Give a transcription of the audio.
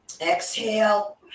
Exhale